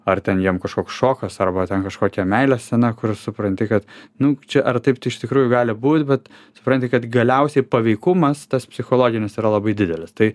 ar ten jiem kažkoks šokas arba ten kažkokia meilės scena kur supranti kad nu čia ar taip tai iš tikrųjų gali būt bet supranti kad galiausiai paveikumas tas psichologinis yra labai didelis tai